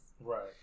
Right